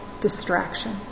distraction